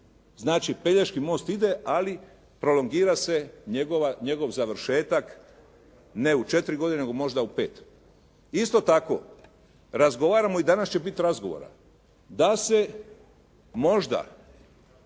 Znači, Pelješki most ide, ali prolongira se njegov završetak ne u 4 godine nego možda u 5. Isto tako, razgovaramo i danas će biti razgovora da se možda